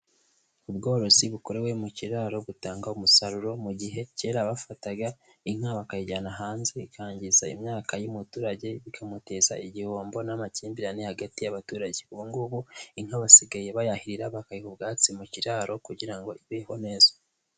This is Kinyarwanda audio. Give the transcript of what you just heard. Ubworozi bukorewe mu kiraro butanga umusaruro, mu gihe kera bafataga inka bakayijyana hanze ikangiza imyaka y'umuturage bikamuteza igihombo n'amakimbirane hagati y'abaturage, ubu ngubu inka basigaye bayahirira bakayiha ubwatsi mu kiraro kugira ngo ibeho neza.